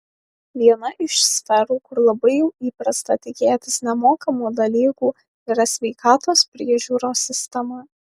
viena iš sferų kur labai jau įprasta tikėtis nemokamų dalykų yra sveikatos priežiūros sistema